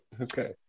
Okay